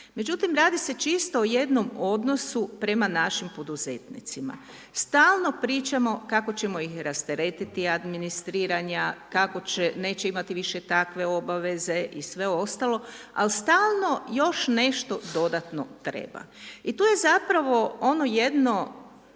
Međutim, radi se čisto o jednom odnosu prema našim poduzetnicima. Stalno pričamo kako ćemo ih rasteretiti administriranja, kako neće imati više takve obaveze i sve ostalo, ali stalno još nešto dodatno treba. I to je zapravo ono jedno